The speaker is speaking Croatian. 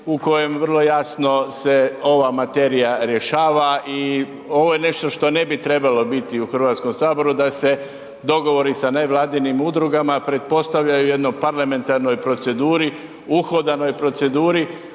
u kojem vrlo jasno se ova materija rješava i ovo je nešto što ne bi trebalo biti u HS da se dogovori sa nevladinim udrugama pretpostavljaju u jednoj parlamentarnoj proceduri, uhodanoj proceduri